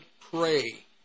pray